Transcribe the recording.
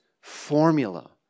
formula